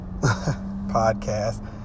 podcast